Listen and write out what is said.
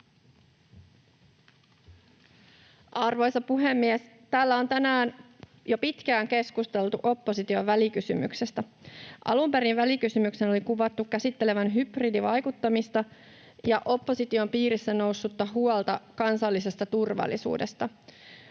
Arvoisa puhemies! Täällä on tänään jo pitkään keskusteltu opposition välikysymyksestä. Alun perin välikysymyksen oli kuvattu käsittelevän hybridivaikuttamista ja opposition piirissä noussutta huolta kansallisesta turvallisuudesta.